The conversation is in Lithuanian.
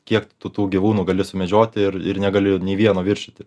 kiek tu tų gyvūnų gali sumedžioti ir ir negali nei vieno viršyti